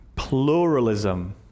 pluralism